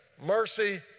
mercy